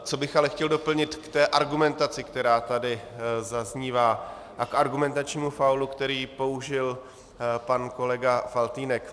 Co bych ale chtěl doplnit k té argumentaci, která tady zaznívá, a k argumentačnímu faulu, který použil pan kolega Faltýnek.